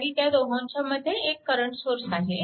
आणि त्या दोहोंच्यामध्ये एक करंट सोर्स आहे